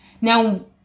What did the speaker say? Now